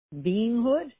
beinghood